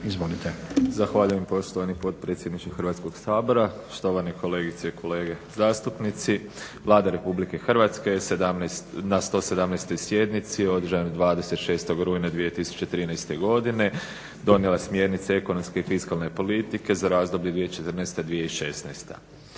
(SDP)** Zahvaljujem poštovani potpredsjedniče Hrvatskoga sabora, štovani kolegice i kolege zastupnici. Vlada Republike Hrvatske je na 117. sjednici održanoj 26. rujna 2013. godine donijela smjernice ekonomske i fiskalne politike za razdoblje 2014.-2016. Ujedno